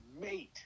mate